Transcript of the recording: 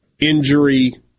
injury